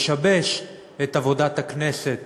לשבש את עבודת הכנסת